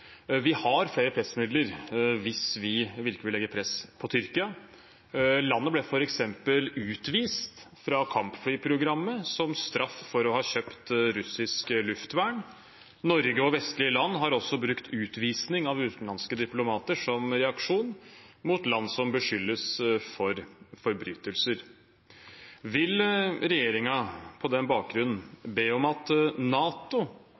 Vi har flere pressmidler hvis vi virkelig vil legge press på Tyrkia. For eksempel ble landet utvist fra kampflyprogrammet som straff for å ha kjøpt russisk luftvern. Norge og vestlige land har også brukt utvisning av utenlandske diplomater som reaksjon mot land som beskyldes for forbrytelser. Vil regjeringen på den bakgrunn be om at NATO